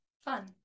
Fun